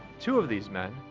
two of these men,